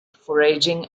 foraging